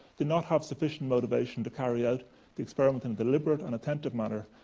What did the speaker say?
do not have sufficient motivation to carry out the experiment in deliberate and attentive manner,